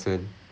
mm